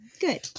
Good